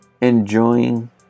enjoying